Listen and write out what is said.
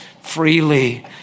freely